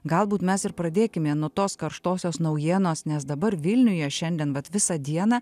galbūt mes ir pradėkime nuo tos karštosios naujienos nes dabar vilniuje šiandien vat visą dieną